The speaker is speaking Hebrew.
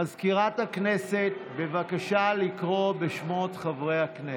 מזכירת הכנסת, בבקשה לקרוא בשמות חברי הכנסת.